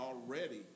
already